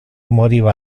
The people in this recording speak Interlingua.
moriva